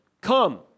come